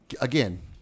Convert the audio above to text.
again